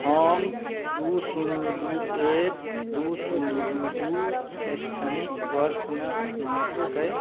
हम दुइ शून्य दुइ एक दुइ शून्य दुइ दुइ शैक्षणिक वर्षमे स्नातक